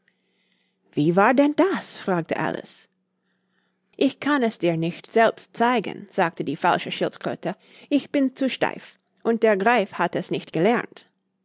wie war denn das fragte alice ich kann es dir nicht selbst zeigen sagte die falsche schildkröte ich bin zu steif und der greif hat es nicht gelernt